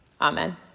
Amen